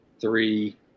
three